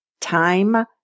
Time